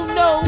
no